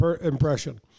impression